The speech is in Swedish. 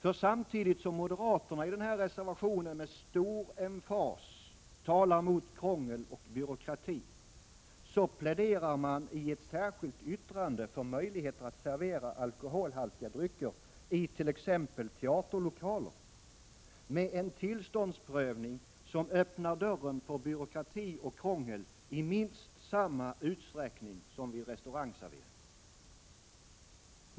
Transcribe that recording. För samtidigt som moderaterna i denna reservation med stor emfas talar mot krångel och byråkrati pläderar de i ett särskilt yttrande för möjligheter att servera alkoholhaltiga drycker i t.ex. teaterlokaler med en tillståndsprövning som öppnar dörren för byråkrati och krångel i minst samma utsträckning som vid restaurangservering.